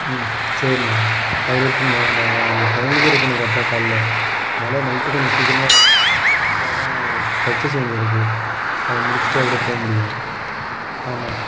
ம் சரிண்ண அவரு எப்படிண்ண நான் அங்கே டைமுக்கு இருக்கணும் கரெக்டாக காலைல அதனால நைட்டு கொஞ்சம் சீக்கிரமாக வந்தால்தான் நாங்கள் பர்சேஸ் கொஞ்சம் இருக்குது அதை முடித்துட்டு அப்படியே போக முடியும் ஆமாம்